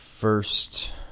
first